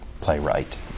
playwright